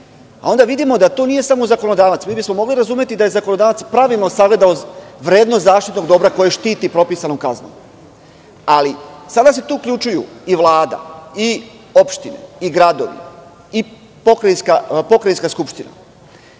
a onda vidimo da tu nije samo zakonodavac. Mogli bismo razumeti da je zakonodavac pravilno sagledao vrednost zaštitnog dobra koje štiti propisanom kaznom, ali sada se tu uključuju i Vlada, i opštine, i gradovi i pokrajinska skupština.